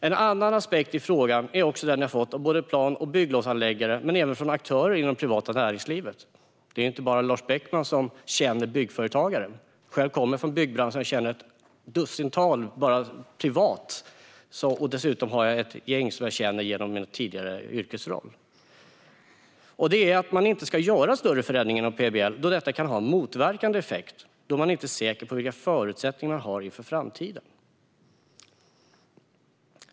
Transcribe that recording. En annan aspekt på frågan som både plan och bygglovshandläggare och aktörer i det privata näringslivet har framhållit för mig - det är ju inte bara Lars Beckman som känner byggföretagare, utan jag kommer själv från byggbranschen och känner ett dussintal byggföretagare privat och har dessutom ett gäng som jag känner genom min tidigare yrkesroll - är att man inte ska göra större förändringar i PBL då detta kan ha en motverkande effekt eftersom man inte är säker på vilka förutsättningar man har inför framtiden.